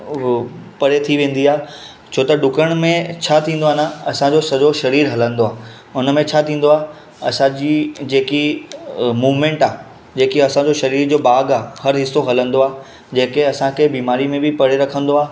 उहा बि परे थी वेंदी आहे छो त डुकण में छा थींदो आहे न असांजो सॼो शरीरु हलंदो आहे उनमें छा थींदो आहे असांजी जेकी मुवमेंट आहे जेकी असांजो शरीरु जो भाॻु आहे हर हिसो हलंदो आहे जेके असांखे बीमारी में बि परे रखंदो आहे